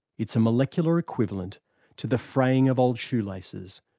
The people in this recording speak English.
it's a molecular equivalent to the fraying of old shoelaces,